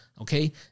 okay